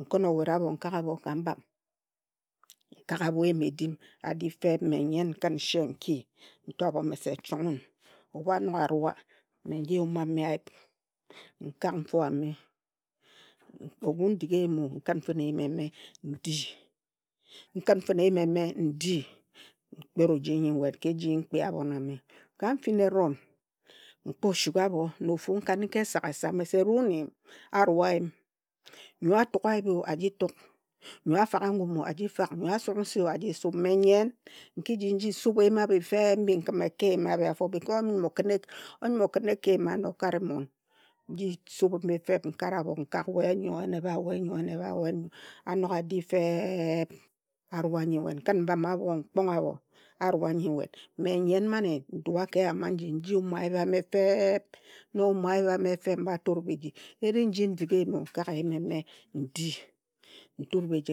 Nkin owet abho nkhak abho ka mbam. Nkhak abho eyim edim, adi feb, mme nyen nkhin nse nki, nto abho me se chong wun. Ebhu anog arua, mme nji yume ame ayip, nkak mfo ame, ebhu ndig-eyim o, nkhin fine eyim eme ndinkhin fine eyim eme ndi, nkpet oji nyi nwet ka eji nkpia abhon a me. Ka nfin eron, nkpo shuk abho na ofu nkanika esagasa me se ruwun nyim, arua nyun. Nyo atuga ayip o, aji tug, nyo afagha ngumo a jifag, nyo esug nse o, aji su. Mme nyen nki ji nji subhe eyim abhi feeb mbi nkhime, eka eyim a bi afo because nyim okhin ekae eyim ano okare mon. Nji sube mbi feb nkara abho nkak, we nyo en ebha, we nyo en ebha, we nyo, a nog adi fe eb, arua nyi nwet, nkhin mbam abho nkpong abho arua nyi nwet. Mme nyem mane nrua ka eyam aji nji yume ayip a me feeeb. Nnog nyum e ayip ame feb mba ture biji. Eri nji ndig e yimo nkak eyim eme ndi, nture biji,